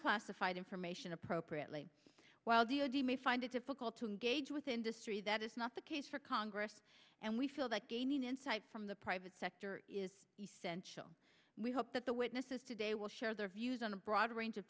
classified information appropriately while d o d may find it difficult to engage with industry that is not the case for congress and we feel that gaining insight from the private sector is essential we hope that the witnesses today will share their views on a broad range of